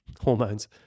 hormones